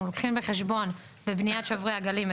אנחנו לוקחים בחשבון בבניית שוברי הגלים,